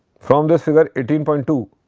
from this figure eighteen point two,